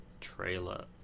trailer